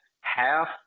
Half